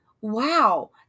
wow